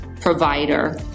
provider